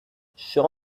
show